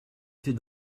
fais